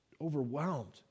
overwhelmed